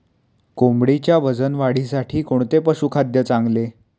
कोंबडीच्या वजन वाढीसाठी कोणते पशुखाद्य चांगले?